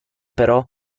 però